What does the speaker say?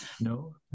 No